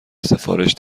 سفارش